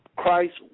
Christ